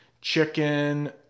chicken